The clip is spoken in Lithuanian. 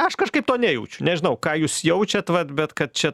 aš kažkaip to nejaučiu nežinau ką jūs jaučiat vat bet kad čia